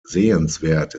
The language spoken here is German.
sehenswert